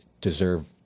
deserve